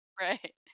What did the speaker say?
Right